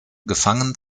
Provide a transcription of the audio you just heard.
gefangen